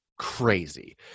crazy